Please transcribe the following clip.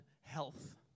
health